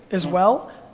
as well,